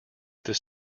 this